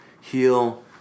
heel